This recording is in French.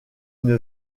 une